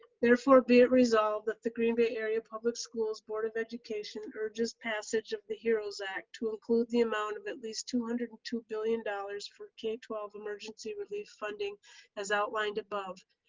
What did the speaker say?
therefore be it resolved that the green bay area public schools board of education urges passage of the heroes act to include the amount of at least two hundred and two billion dollars for k twelve emergency relief funding as outlined above.